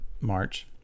March